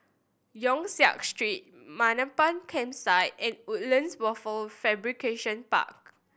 Yong Siak Street Mamam Campsite and Woodlands Wafer Fabrication Park